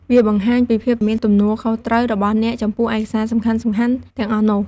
វាបង្ហាញពីភាពមានទំនួលខុសត្រូវរបស់អ្នកចំពោះឯកសារសំខាន់ៗទាំងអស់នោះ។